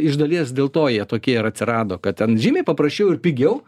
iš dalies dėl to jie tokie ir atsirado kad ten žymiai paprasčiau ir pigiau